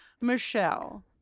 michelle